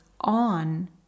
on